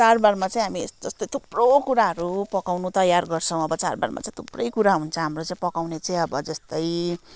चाडबाडमा चाहिँ हामी यस्तो यस्तो थुप्रो कुराहरू पकाउन तैयार गर्छौँ अब चाडबाडमा चाहिँ थुप्रै कुरो हुन्छ हाम्रो चाहिँ पकाउने चाहिँ अब जस्तै